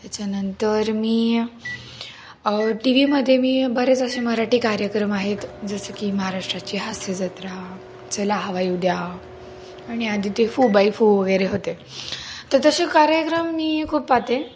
त्याच्यानंतर मी टी व्हीमध्ये मी बरेच असे मराठी कार्यक्रम आहेत जसं की महाराष्ट्राची हास्यजत्रा चला हवा येऊद्या आणि आधी ते फू बाई फू वगैरे होते तर तसे कार्यक्रम मी खूप पाहते